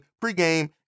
pre-game